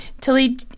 Tilly –